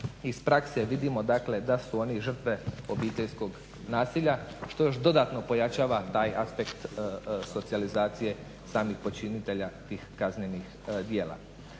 iz prakse vidimo da su oni žrtve obiteljskog nasilja što još dodatno pojačava taj aspekt socijalizacije samih počinitelja tih kaznenih djela.